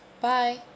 Bye